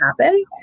happen